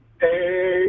Hey